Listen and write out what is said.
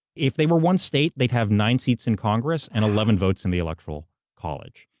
if they were one state, they'd have nine seats in congress, and eleven votes in the electoral college.